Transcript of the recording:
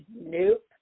Nope